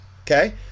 Okay